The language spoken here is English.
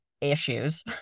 issues